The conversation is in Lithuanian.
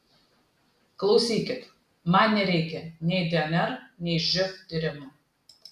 klausykit man nereikia nei dnr nei živ tyrimo